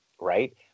right